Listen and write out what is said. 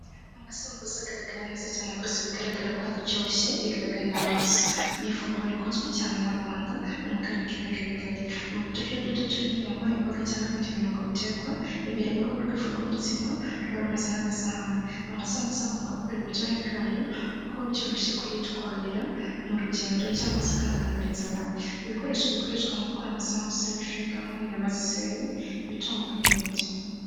Amasambusa agaragara neza cyane rwose bigaragara ko aryoshye bigaragarira amaso. Ni ifunguro rikunzwe cyane mu rwanda no mu karere k'ibiyaga bigari. Ni uturyo duto turimo inyama imboga cyangwa ibindi birungo bitekwa imbere mu ruhu rw'Ifu rw'umutsima ruba rumeze nka gasahani amasambusa akundwa kubera uburyohe bwayo no kuba byoroshye kuyitwarira mu rugendo cyangwa se kandi akamara inzara. Ibikoresho bikoreshwa mu gukora amasambusu harimo Iifu y'ingano, inyama ziseye, ibitunguru n'ibindi.